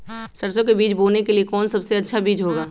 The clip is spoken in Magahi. सरसो के बीज बोने के लिए कौन सबसे अच्छा बीज होगा?